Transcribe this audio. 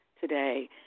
today